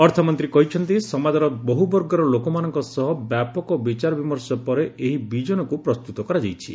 ଅର୍ଥମନ୍ତ୍ରୀ କହିଛନ୍ତି ସମାଜର ବହୁବର୍ଗର ଲୋକମାନଙ୍କ ସହ ବ୍ୟାପକ ବିଚାର ବିମର୍ଷ ପରେ ଏହି ବିଜନକୁ ପ୍ରସ୍ତୁତ କରାଯାଇଛି